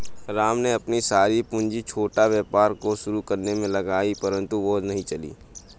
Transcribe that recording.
राम ने अपनी सारी पूंजी छोटा व्यापार को शुरू करने मे लगाई परन्तु वह नहीं चला